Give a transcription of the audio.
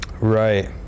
Right